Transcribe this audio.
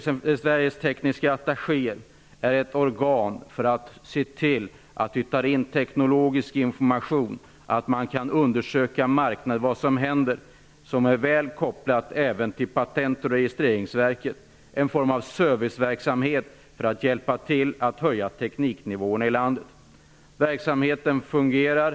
Sveriges tekniska attachéer är ett organ som skall se till att vi tar in teknologisk information och undersöker vad som händer på marknaden. Det är även kopplat till Patent och registreringsverket. Det bedriver en form av serviceverksamhet och skall hjälpa till att höja tekniknivån i landet. Verksamheten fungerar.